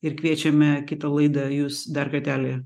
ir kviečiame kitą laidą jus dar kartelį